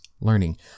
learning